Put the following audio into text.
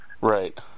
Right